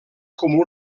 comú